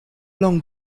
long